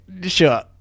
sure